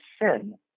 sin